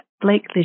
Blake